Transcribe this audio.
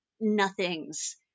nothings